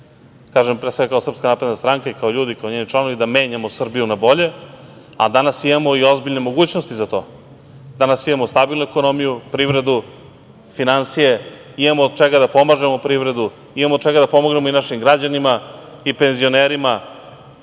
kažem, pre svega, kao SNS i kao ljudi, kao njeni članovi da menjamo Srbiju na bolje, a danas imamo i ozbiljne mogućnosti za to. Danas imamo stabilnu ekonomiju, privredu, finansije. Imamo od čega da pomažemo privredu. Imamo od čega da pomognemo i našim građanima i penzionerima